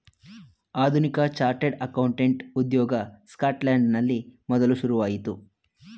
ಆಧುನಿಕ chartered accountant ಉದ್ಯೋಗ ಸ್ಕಾಟ್ಲೆಂಡಿನಲ್ಲಿ ಮೊದಲು ಶುರುವಾಯಿತು